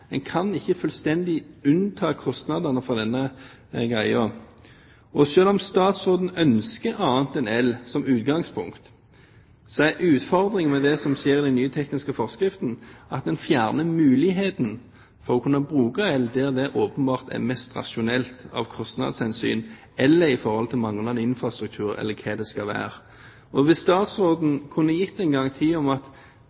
En kan ikke fullstendig unnta kostnadene fra dette. Selv om statsråden ønsker annet enn el som utgangspunkt, er utfordringene med det som skjer med den nye tekniske forskriften, at den fjerner muligheten for å kunne bruke el der det åpenbart er mest rasjonelt av kostnadshensyn eller på grunn av infrastruktur eller hva det skal være.